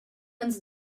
ans